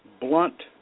blunt